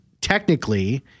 technically